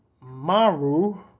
Maru